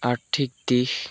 আৰ্থিক দিশ